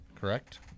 Correct